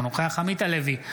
אינו נוכח עמית הלוי,